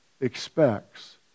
expects